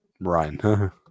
Ryan